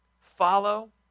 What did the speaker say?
follow